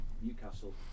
Newcastle